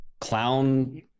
clown